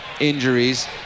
injuries